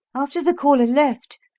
after the caller left,